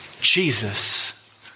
Jesus